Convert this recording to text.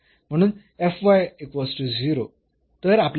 म्हणून तर आपल्याकडे